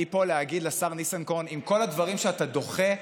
אני פה להגיד לשר ניסנקורן: עם כל הדברים שאתה דוחה,